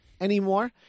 anymore